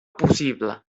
possible